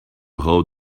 hold